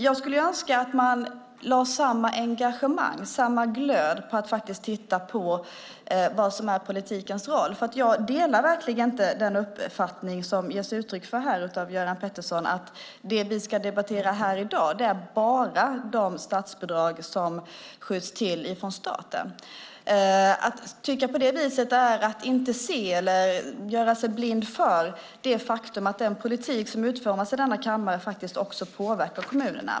Jag skulle önska att man lade samma engagemang och glöd på att titta på vad som är politikens roll. Jag delar inte den uppfattning som Göran Pettersson ger uttryck för att det vi ska debattera i dag bara är de statsbidrag som skjuts till från staten. Att tycka så är att göra sig blind för det faktum att den politik som utformas i denna kammare också påverkar kommunerna.